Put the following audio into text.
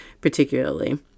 particularly